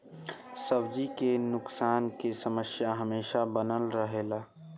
सब्जी के नुकसान के समस्या हमेशा बनल रहेला